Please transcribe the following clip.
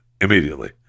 immediately